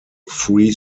free